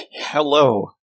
Hello